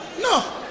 No